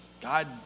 God